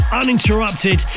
uninterrupted